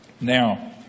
Now